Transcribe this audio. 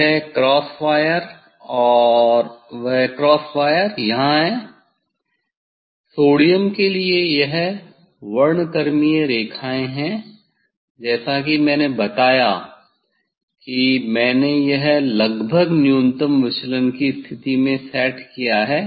यह cross wire और वह क्रॉस वायर यहां है सोडियम के लिए यह वर्णक्रमीय रेखाएं हैं जैसा कि मैंने बताया कि मैंने यह लगभग न्यूनतम विचलन की स्थिति में सेट किया है